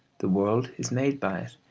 the world is made by it,